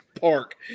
Park